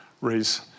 raise